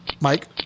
Mike